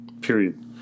period